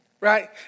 Right